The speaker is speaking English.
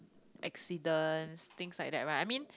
accidents this like that right I mean